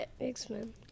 X-Men